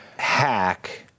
hack